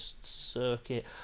circuit